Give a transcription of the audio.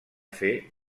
fer